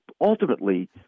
ultimately